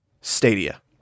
Stadia